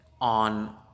on